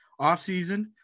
offseason